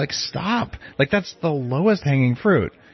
like stop, like, that's the lowest hanging fruit.